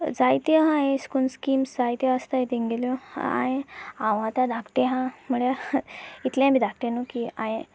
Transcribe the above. जायत्यो आसा अशें करून स्किम्स जायत्यो आसता तांगेल्यो हांवें हांव आतां धाकटें आसा म्हळ्यार इतलेंय बी धाकटें न्हय की हांवें